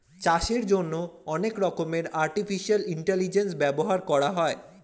চাষের জন্যে অনেক রকমের আর্টিফিশিয়াল ইন্টেলিজেন্স ব্যবহার করা হয়